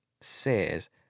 says